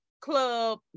club